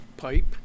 pipe